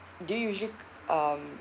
do you usually um